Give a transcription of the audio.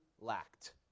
lacked